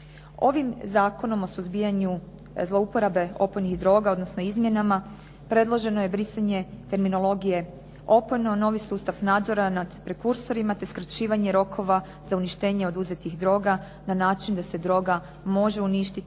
Ovim Zakonom o suzbijanju zlouporabe opojnih droga, odnosno izmjenama predloženo je brisanje terminologije opojno novi sustav nadzora nad rekursorima te skraćivanje rokova za uništenje oduzetih droga na način da se droga može uništiti